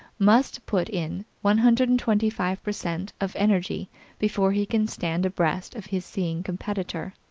must put in one hundred and twenty five per cent of energy before he can stand abreast of his seeing competitor.